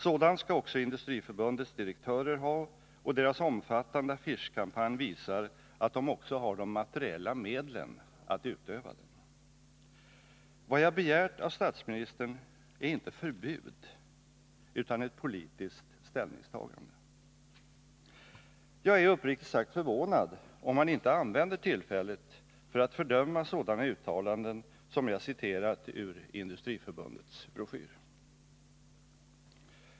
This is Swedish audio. Sådan skall också Industriförbundets direktörer ha, och deras omfattande affischkampanj visar att de också har de materiella medlen att utöva den. Vad jag begärt av statsministern är inte förbud utan ett politiskt ställningstagande. Jag är uppriktigt sagt förvånad om han inte använder tillfället för att fördöma sådana uttalanden som jag citerat ur Industriförbundets broschyr.